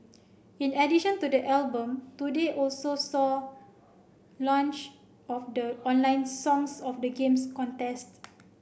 in addition to the album today also saw launch of the online Songs of the Games contest